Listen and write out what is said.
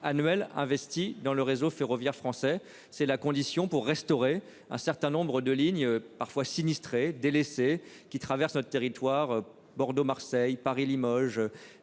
annuels investis dans le réseau ferroviaire français. C'est la condition pour restaurer un certain nombre de lignes parfois sinistrés. Qui traverse notre territoire Bordeaux Marseille Paris Limoges